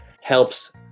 helps